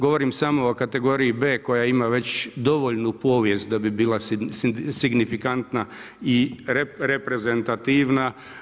Govorim samo o kategoriji B koja ima već dovoljnu povijest da bi bila signifikantna i reprezentativna.